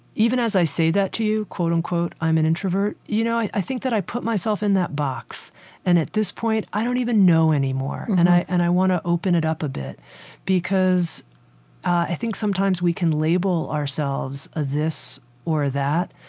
even as i say that to you, um i'm an introvert, you know, i i think that i put myself in that box and, at this point, i don't even know anymore and i and i want to open it up a bit because i think sometimes we can label ourselves ah this or that,